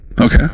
Okay